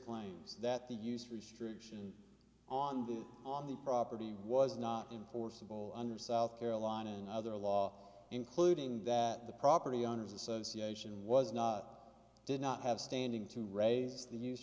claims that the use restriction on the on the property was not enforceable under south carolina and other law including that the property owners association was not did not have standing to raise the